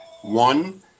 One